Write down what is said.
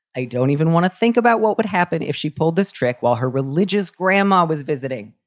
i don't even want to think about what would happen if she pulled this trick while her religious grandma was visiting.